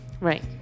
Right